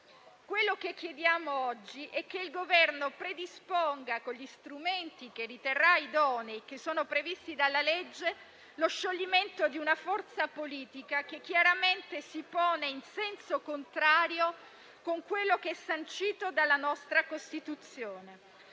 Quello che chiediamo oggi è che il Governo predisponga, con gli strumenti che riterrà idonei e che sono previsti dalla legge, lo scioglimento di una forza politica che chiaramente si pone in senso contrario a ciò che è sancito dalla nostra Costituzione.